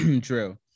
true